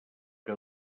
que